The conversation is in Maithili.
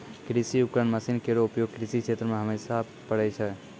कृषि उपकरण मसीन केरो उपयोग कृषि क्षेत्र मे हमेशा परै छै